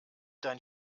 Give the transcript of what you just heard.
dein